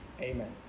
amen